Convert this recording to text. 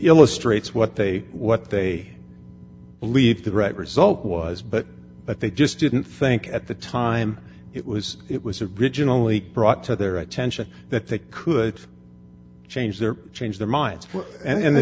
illustrates what they what they believed the right result was but that they just didn't think at the time it was it was originally brought to their attention that they could change their change their minds and